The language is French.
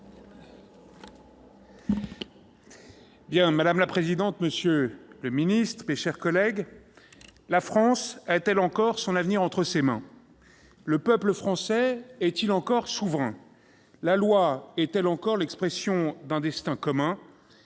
Madame la présidente, monsieur le secrétaire d'État, mes chers collègues, la France a-t-elle encore son avenir entre ses mains ? Le peuple français est-il encore souverain ? La loi est-elle encore l'expression d'un destin commun ?